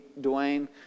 Dwayne